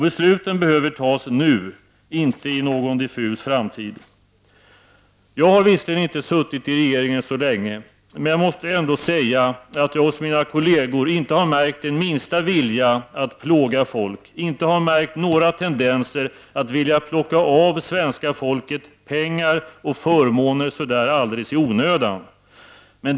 Besluten behöver tas nu, inte i någon diffus framtid. Jag har visserligen inte suttit i regeringen så länge men måste ändå säga att jag hos mina kolleger inte har märkt den minsta vilja att plåga folk. Jag har inte märkt några tendenser att vilja plocka av svenska folket pengar och förmåner så där alldeles i onödan.